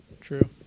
True